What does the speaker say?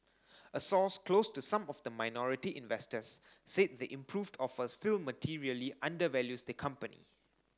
a source close to some of the minority investors said the improved offer still materially undervalues the company